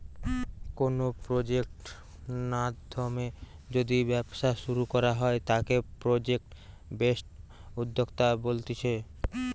কোনো প্রজেক্ট নাধ্যমে যদি ব্যবসা শুরু করা হয় তাকে প্রজেক্ট বেসড উদ্যোক্তা বলতিছে